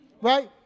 Right